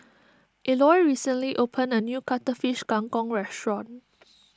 Eloy recently opened a new Cuttlefish Kang Kong restaurant